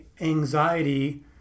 anxiety